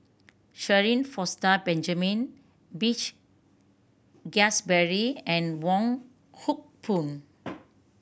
Shirin Fozdar Benjamin Peach Keasberry and Wong Hock Boon